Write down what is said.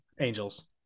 Angels